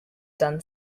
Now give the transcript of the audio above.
done